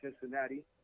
Cincinnati